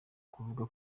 kuvuga